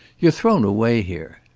you're thrown away here.